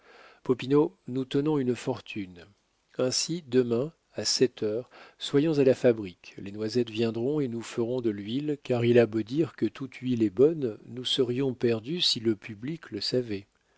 nous tenons une fortune ainsi demain à sept heures soyons à la fabrique les noisettes viendront et nous ferons de l'huile car il a beau dire que toute huile est bonne nous serions perdus si le public le savait